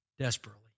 desperately